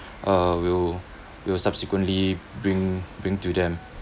uh will will subsequently bring bring to them